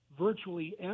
virtually